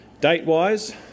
Date-wise